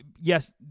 yes